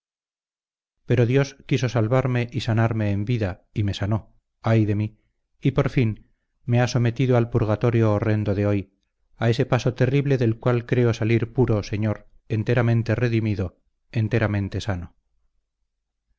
pero dios quiso salvarme y sanarme en vida y me sanó ay de mí y por fin me ha sometido al purgatorio horrendo de hoy a ese paso terrible del cual creo salir puro señor enteramente redimido enteramente sano